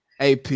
AP